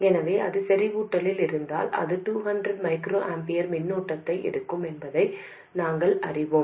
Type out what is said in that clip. எனவே அது செறிவூட்டலில் இருந்தால் அது 200 μA மின்னோட்டத்தை எடுக்கும் என்பதை நாங்கள் அறிவோம்